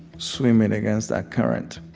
swimming against that current,